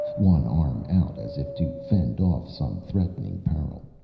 one arm out as if to fend off some threatening peril,